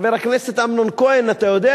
חבר הכנסת אמנון כהן, אתה יודע